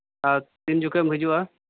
ᱟᱨ ᱛᱤᱱ ᱡᱚᱠᱷᱚᱡ ᱮᱢ ᱦᱤᱡᱩᱜᱼᱟ